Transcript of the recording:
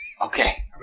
Okay